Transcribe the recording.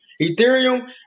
ethereum